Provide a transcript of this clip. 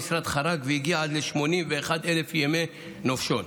המשרד חרג והגיע עד ל-81,000 ימי נופשון.